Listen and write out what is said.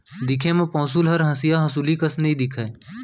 दिखे म पौंसुल हर हँसिया हँसुली कस नइ दिखय